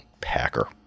packer